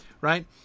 right